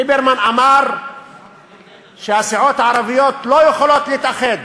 ליברמן אמר שהסיעות הערביות לא יכולות להתאחד,